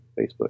facebook